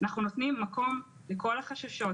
נותנים מקום לכל החששות.